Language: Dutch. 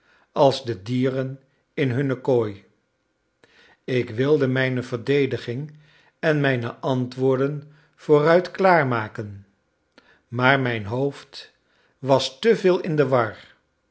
als de dieren in hunne kooi ik wilde mijne verdediging en mijne antwoorden vooruit klaarmaken maar mijn hoofd was te veel in de war